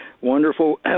wonderful